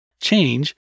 Change